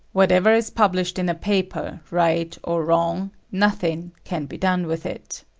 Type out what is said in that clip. whatever is published in a paper, right or wrong, nothing can be done with it.